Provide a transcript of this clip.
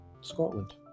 Scotland